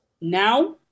now